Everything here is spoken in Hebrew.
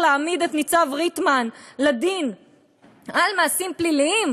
להעמיד את ניצב ריטמן לדין על מעשים פליליים,